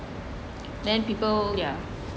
then people ya